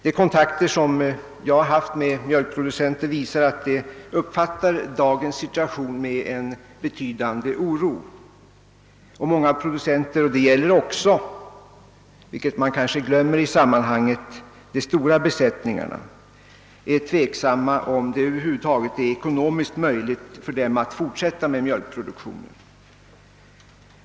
De kontakter jag haft med mjölkproducenter ger vid handen, att dessa upplever dagens situation med en betydande oro. Många producenter — och det gäller också, vilket man kanske glömmer i sammanhanget, de som har stora besättningar — är tveksamma huruvida det över huvud taget är ekonomiskt möjligt för dem att fortsätta med mjölkproduktion.